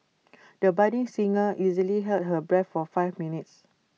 the budding singer easily held her breath for five minutes